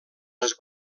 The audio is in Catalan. les